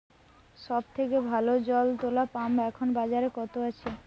সব থেকে ভালো জল তোলা পাম্প এখন বাজারে কত আছে?